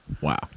Wow